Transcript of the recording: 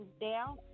down